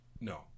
No